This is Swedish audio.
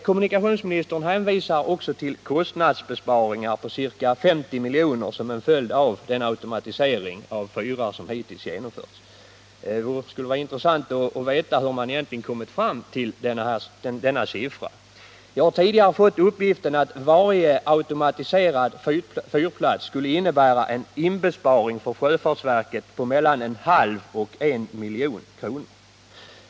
Kommunikationsministern hänvisar också till kostnadsbesparingar på ca 50 milj.kr. som en följd av den automatisering av fyrar som hittills genomförts. Det skulle vara intressant att veta hur man egentligen kommit fram till denna summa. Jag har tidigare fått uppgiften att varje automatiserad fyrplats skulle innebära en inbesparing för sjöfartsverket med mellan en halv och en miljon kronor.